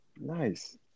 Nice